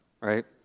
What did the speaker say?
right